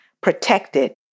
protected